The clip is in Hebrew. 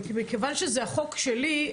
מכיוון שזה החוק שלי,